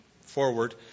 forward